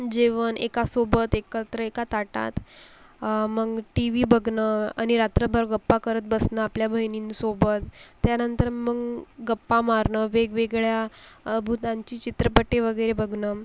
जेवण एकासोबत एकत्र एका ताटात मग टी वी बघणं आणि रात्रभर गप्पा करत बसणं आपल्या बहिणींसोबत त्यानंतर मग गप्पा मारणं वेगवेगळ्या भूतांची चित्रपटे वगैरे बघणं